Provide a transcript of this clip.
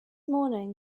morning